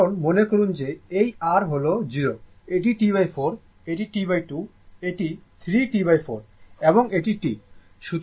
কারণ মনে করুন যে এই r হল 0 এটি T4 এটি T2 এটি 3 T4 এবং এটি T